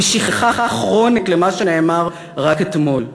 עם שכחה כרונית של מה שנאמר רק אתמול.